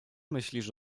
myślisz